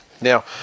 Now